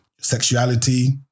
sexuality